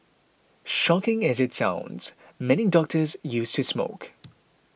shocking as it sounds many doctors used to smoke